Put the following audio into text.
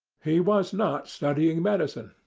he was not studying medicine.